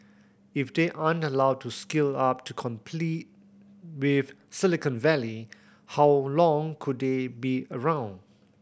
if they aren't allowed to scale up to complete with Silicon Valley how long could they be around